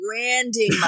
branding